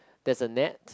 there's a net